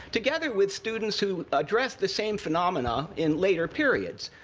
together with students who address the same phenomena in later periods.